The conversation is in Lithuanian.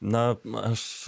na aš